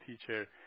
teacher